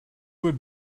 would